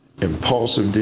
impulsive